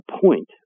point